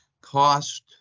cost